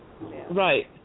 Right